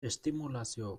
estimulazio